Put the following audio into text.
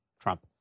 Trump